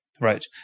Right